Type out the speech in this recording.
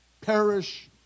perish